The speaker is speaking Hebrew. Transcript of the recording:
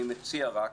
אני מציע רק